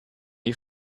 you